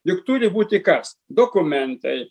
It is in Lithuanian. juk turi būti kas dokumentai